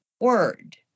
word